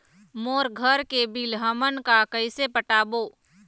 मोर घर के बिल हमन का कइसे पटाबो?